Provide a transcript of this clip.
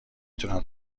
تونم